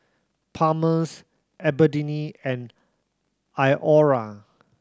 Palmer's Albertini and Iora